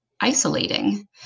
isolating